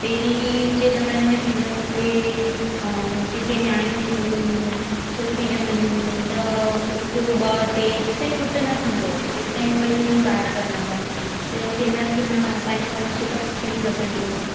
पहिरीं जे जमाने में थींदो हो के अ जेके न्याणियूं थींदी हुइयूं छोकिरियूं जमंदी हुइयूं त हिक ॿ टे जेसितांई पुटु न थींदो हो तेसि तांई उहे जिन ॿार कंदा हुआ त चवंदा की भई न पंहिंजो वंश त पुटु ई वधाईंदो